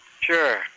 Sure